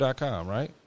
right